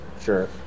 Sure